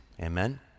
Amen